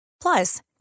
Plus